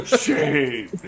shame